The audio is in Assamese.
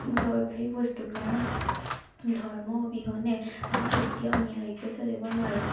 দৰকাৰী বস্তু কাৰণ ধৰ্ম অবিহনে আমি কেতিয়াও নিয়াৰিকৈ চলিব নোৱাৰোঁ